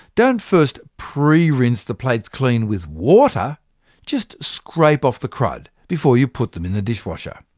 don't first pre-rinse the plates clean with water just scrape off the crud before you put them in the dishwasher.